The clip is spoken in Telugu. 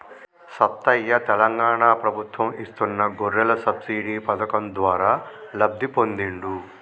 సత్తయ్య తెలంగాణ ప్రభుత్వం ఇస్తున్న గొర్రెల సబ్సిడీ పథకం ద్వారా లబ్ధి పొందిండు